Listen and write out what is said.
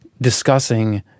discussing